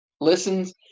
listens